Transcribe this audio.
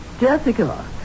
Jessica